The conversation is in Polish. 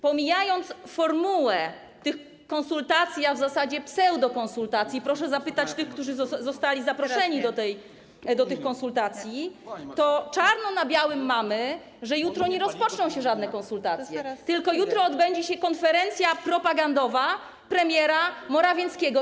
Pomijając formułę tych konsultacji, a w zasadzie pseudokonsultacji - proszę zapytać tych, którzy zostali zaproszeni do tych konsultacji - czarno na białym mamy, że jutro nie rozpoczną się żadne konsultacje, tylko jutro odbędzie się konferencja propagandowa premiera Morawieckiego.